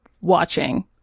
watching